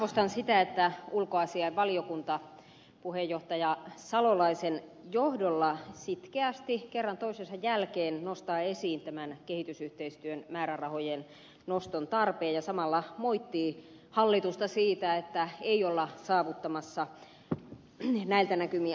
arvostan sitä että ulkoasiainvaliokunta puheenjohtaja salolaisen johdolla sitkeästi kerran toisensa jälkeen nostaa esiin tämän kehitysyhteistyön määrärahojen noston tarpeen ja samalla moittii hallitusta siitä että ei olla saavuttamassa näillä näkymin asetettuja tavoitteita